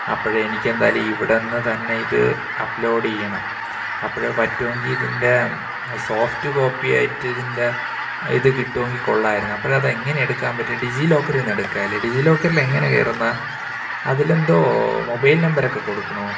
അപ്പോള് എനിക്ക് എന്തായാലും ഇവിടെനിന്ന് തന്നെ ഇത് അപ്ലോഡീയ്യണം അപ്പോള് പറ്റുമെങ്കില് ഇതിൻ്റെ സോഫ്റ്റ് കോപ്പി ആയിട്ട് ഇതിൻ്റെ ഇത് കിട്ടുമെങ്കില് കൊള്ളായിരുന്നു അപ്പോഴത് എങ്ങനെ എടുക്കാന് പറ്റും ഡിജി ലോക്കറീന്നെടുക്കാലേ ഡിജി ലോക്കറിൽ എങ്ങനെയാണ് കയറുന്നേ അതിലെന്തോ മൊബൈൽ നമ്പരൊക്കെ കൊടുക്കണോ